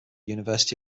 university